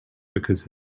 because